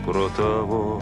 pro tavo